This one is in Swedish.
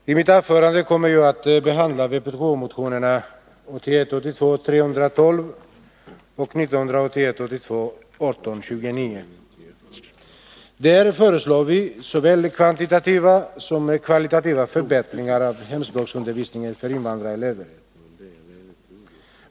Herr talman! I mitt anförande kommer jag att behandla vpk-motionerna 1981 82:1829. Där föreslår vi såväl kvantitativa som kvalitativa förbättringar av hemspråksundervisningen för invandrarelever.